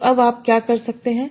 तो अब आप क्या कर सकते हैं